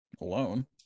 alone